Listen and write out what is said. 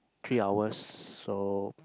three hours so